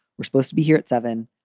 we're supposed to be here at seven,